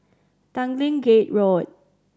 Tanglin Gate Road